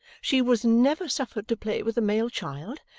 she was never suffered to play with a male child,